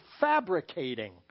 fabricating